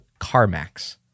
CarMax